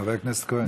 חבר הכנסת כהן.